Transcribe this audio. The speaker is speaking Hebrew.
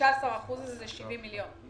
15% זה 70 מיליון.